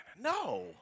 No